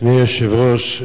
אדוני היושב-ראש,